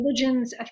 religions